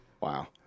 Wow